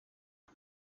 www